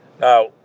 Now